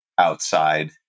outside